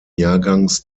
jahrgangs